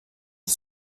que